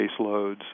caseloads